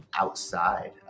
outside